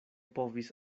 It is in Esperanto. povis